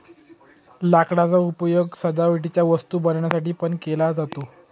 लाकडाचा उपयोग सजावटीच्या वस्तू बनवण्यासाठी पण केला जातो